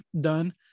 done